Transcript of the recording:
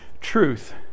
truth